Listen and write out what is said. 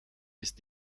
ist